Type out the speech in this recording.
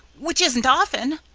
which isn't often,